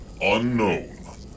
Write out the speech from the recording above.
unknown